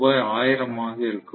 1000 ஆக இருக்கும்